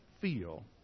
feel